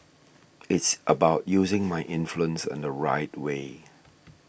it's about using my influence in the right way